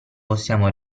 possiamo